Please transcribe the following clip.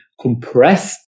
compressed